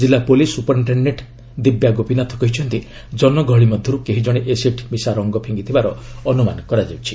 ଜିଲ୍ଲା police superintendent Divya Gopinath କହିଛନ୍ତି ଜନଗହଳି ମଧ୍ୟରୁ କେହି ଜଣେ ଏସିଡ୍ ମିଶା ରଙ୍ଗ ଫିଙ୍ଗିଥିବାର ଅନୁମାନ କରାଯାଉଛି